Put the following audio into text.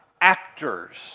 actors